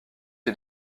est